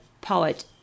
poet